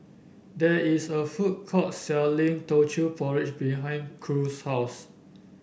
there is a food court selling Teochew Porridge behind Cruz's house